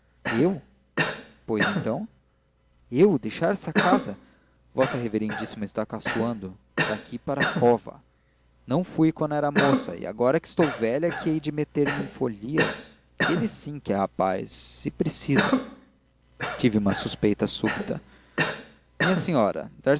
eu pois então eu deixar esta casa vossa reverendíssima está caçoando daqui para a cova não fui quando era moça e agora que estou velha é que hei de meter-me em folias ele sim que é rapaz e precisa tive uma suspeita súbita minha senhora